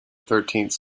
thirteenth